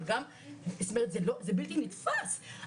זאת אומרת זה בלתי נתפס,